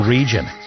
Region